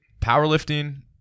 powerlifting